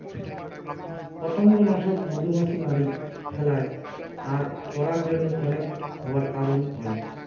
পতঙ্গনাশক মধুমাছি মারি ফেলায় আর পরাগরেণু কনেক হবার কারণ হই